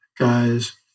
guys